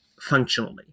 functionally